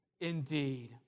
indeed